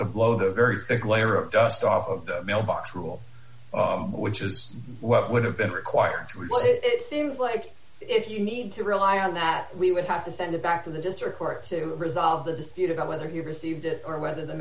to blow the very thick layer of dust off of the mailbox rule which is what would have been required to really like if you need to rely on that we would have to send it back to the district court to resolve the dispute about whether you received it or whether the